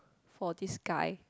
for this guy